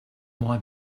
why